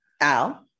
Al